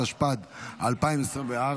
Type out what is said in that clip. התשפ"ד 2024,